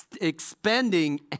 expending